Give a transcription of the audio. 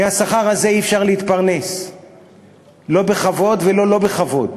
מהשכר הזה אי-אפשר להתפרנס לא בכבוד ולא לא בכבוד.